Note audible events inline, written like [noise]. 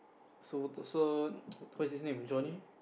so the so [noise] what is his name Johnny